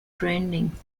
branding